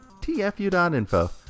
tfu.info